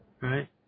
Right